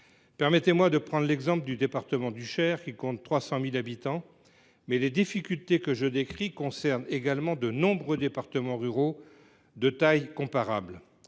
Permettez moi de prendre l’exemple du département du Cher, qui compte 300 000 habitants, mais les difficultés que je décris concernent également de nombreux départements ruraux de taille comparable.